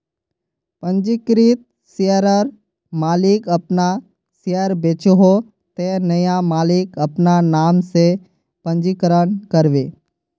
पंजीकृत शेयरर मालिक अपना शेयर बेचोह ते नया मालिक अपना नाम से पंजीकरण करबे